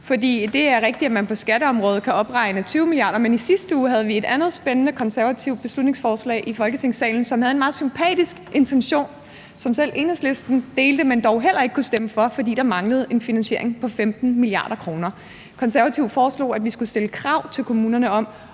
For det er rigtigt, at man på skatteområdet kan opregne 20 mia. kr., men i sidste uge havde vi et andet spændende konservativt beslutningsforslag i Folketingssalen, som havde en meget sympatisk intention, som selv Enhedslisten delte, men dog heller ikke kunne stemme for, fordi der manglede en finansiering på 15 mia. kr. Konservative foreslog, at vi skulle stille krav til kommunerne om